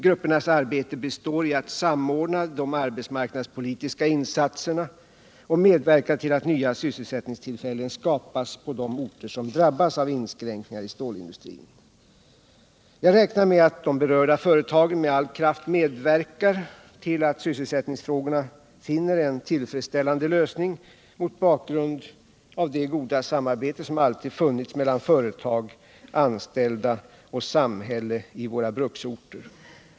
Gruppernas arbete består i att samordna de arbetsmarknadspolitiska insatserna och medverka till att nya sysselsättningstillfällen skapas på de orter som drabbas av inskränkningar i stålindustrin. Jag räknar med att de berörda företagen med all kraft medverkar till att sysselsättningsfrågorna finner en tillfredsställande lösning mot bakgrund av det goda samarbete som alltid funnits mellan företag, anställda och samhälle på våra bruksorter.